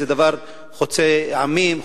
זה דבר חוצה עמים,